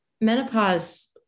menopause